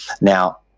now